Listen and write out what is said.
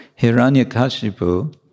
Hiranyakashipu